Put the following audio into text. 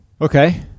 okay